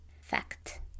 Fact